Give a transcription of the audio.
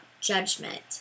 judgment